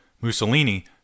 Mussolini